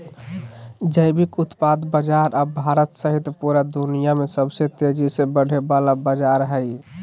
जैविक उत्पाद बाजार अब भारत सहित पूरा दुनिया में सबसे तेजी से बढ़े वला बाजार हइ